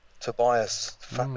Tobias